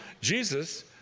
jesus